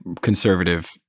conservative